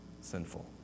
Sinful